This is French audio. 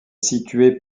située